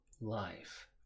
life